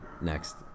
Next